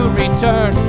return